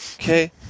Okay